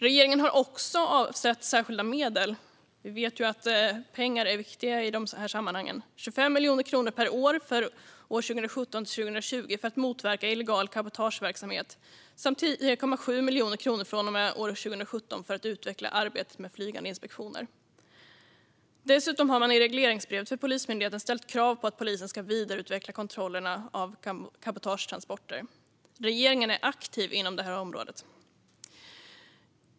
Vi vet att pengar är viktiga i dessa sammanhang, och regeringen har avsatt särskilda medel: 25 miljoner kronor per år för 2017-2020 för att motverka illegal cabotageverksamhet samt 10,7 miljoner kronor från och med 2017 för att utveckla arbetet med flygande inspektioner. Dessutom har man i regleringsbrevet för Polismyndigheten ställt krav på att polisen ska vidareutveckla kontrollerna av cabotagetransporter. Regeringen är aktiv inom detta område.